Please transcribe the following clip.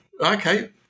Okay